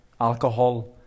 alcohol